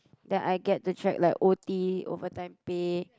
that I get to track like O_T overtime pay